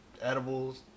edibles